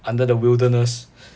under the wilderness